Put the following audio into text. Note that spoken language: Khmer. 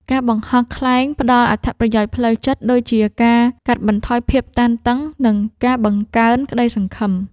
ការបង្ហោះខ្លែងផ្ដល់អត្ថប្រយោជន៍ផ្លូវចិត្ត ដូចជាការកាត់បន្ថយភាពតានតឹង និងការបង្កើនក្តីសង្ឃឹម។